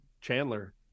Chandler